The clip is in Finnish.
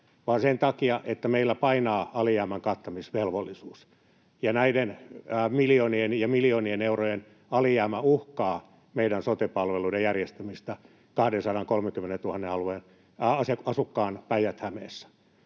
vaan sen takia, että meillä painaa alijäämän kattamisvelvollisuus. Näiden miljoonien ja miljoonien eurojen alijäämä uhkaa meidän sote-palveluiden järjestämistä 230 000 asukkaan Päijät-Hämeessä.